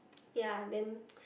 ya then